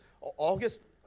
August